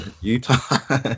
Utah